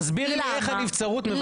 תסבירי לי איך הנבצרות מבטלת?